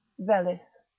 velis.